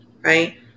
right